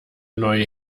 neue